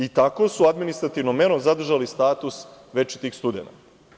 I tako su administrativnom merom zadržali status večitih studenata.